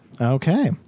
Okay